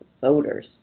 voters